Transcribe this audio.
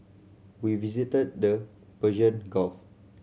we visited the Persian Gulf